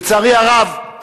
לצערי הרב,